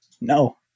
No